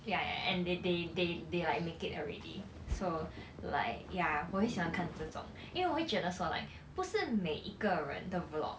ya and they they they they like make it already so like ya 我会想看这种因为我会觉得说 like 不是每一个人的 vlog